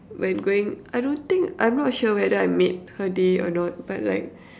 when going I don't think I'm not sure whether I made her day or not but like